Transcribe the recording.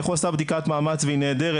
איך הוא עשה בדיקת מאמץ והיא נהדרת,